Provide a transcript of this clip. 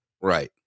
Right